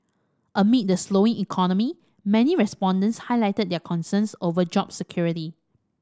amid the slowing economy many respondents highlighted their concerns over job security